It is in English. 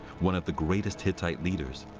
one of the greatest hittite leaders.